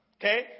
Okay